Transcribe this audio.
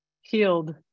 healed